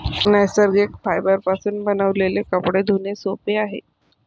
नैसर्गिक फायबरपासून बनविलेले कपडे धुणे सोपे आहे